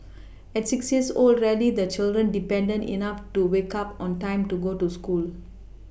at six years old rarely the children independent enough to wake up on time to go to school